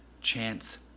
chance